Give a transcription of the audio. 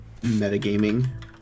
Metagaming